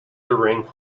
ring